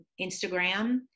Instagram